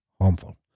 harmful